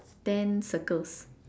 ten circles